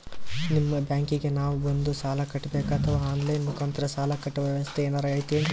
ನಿಮ್ಮ ಬ್ಯಾಂಕಿಗೆ ನಾವ ಬಂದು ಸಾಲ ಕಟ್ಟಬೇಕಾ ಅಥವಾ ಆನ್ ಲೈನ್ ಮುಖಾಂತರ ಸಾಲ ಕಟ್ಟುವ ವ್ಯೆವಸ್ಥೆ ಏನಾರ ಐತೇನ್ರಿ?